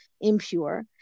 impure